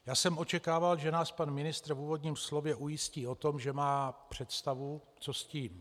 Já jsem očekával, že nás pan ministr v úvodním slově ujistí o tom, že má představu, co s tím.